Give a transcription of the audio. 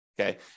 okay